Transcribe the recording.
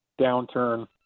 downturn